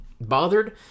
bothered